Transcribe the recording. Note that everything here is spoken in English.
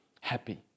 happy